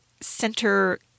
center